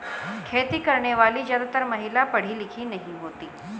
खेती करने वाली ज्यादातर महिला पढ़ी लिखी नहीं होती